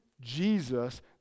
Jesus